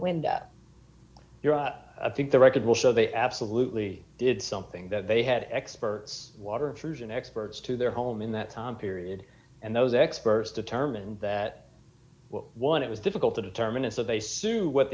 you're i think the record will show they absolutely did something that they had experts water version experts to their home in that time period and those experts determined that one it was difficult to determine and so they soon what